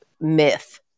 myth